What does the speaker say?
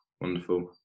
Wonderful